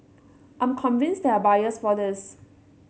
I'm convinced there are buyers for this